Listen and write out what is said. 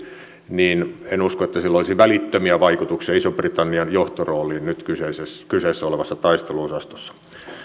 en usko että sillä olisi välittömiä vaikutuksia ison britannian johtorooliin nyt kyseessä olevassa taisteluosastossa